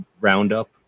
Roundup